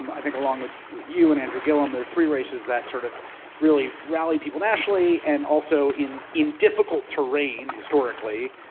um i think along with you and andrew gillum they're three races that sort of really rally people nationally, and also in in difficult terrain historically,